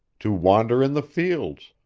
to wander in the fields,